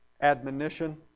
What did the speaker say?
admonition